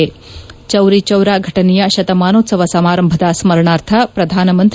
ಚೌರಿ ಚೌರ ಫಟನೆಯ ಶತಮಾನೋತ್ಸವ ಸಮಾರಂಭದ ಸ್ಮರಣಾರ್ಥ ಪ್ರಧಾನಮಂತ್ರಿ